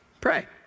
Pray